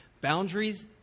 boundaries